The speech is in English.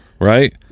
right